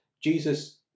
Jesus